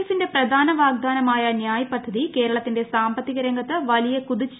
എഫിന്റെ പ്രധാന വാഗ്ദാനമായ ന്യായ് പദ്ധതി കേരളത്തിന്റെ സാമ്പത്തിക രംഗത്ത് വലിയ കുതിച്ചു